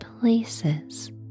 places